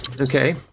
Okay